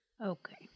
Okay